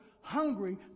hungry